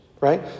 right